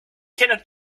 cannot